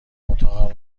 اتاقم